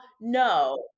no